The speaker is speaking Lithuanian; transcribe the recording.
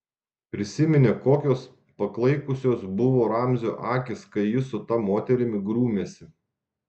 prisiminė kokios paklaikusios buvo ramzio akys kai jis su ta moterimi grūmėsi